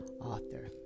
author